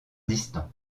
distant